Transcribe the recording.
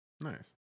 Nice